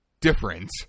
different